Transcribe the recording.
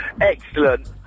excellent